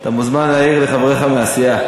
אתה מוזמן להעיר לחבריך לסיעה.